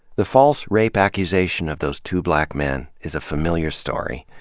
the false rape accusation of those two black men is a familiar story.